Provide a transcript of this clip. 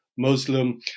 Muslim